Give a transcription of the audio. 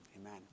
amen